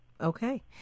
Okay